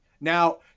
Now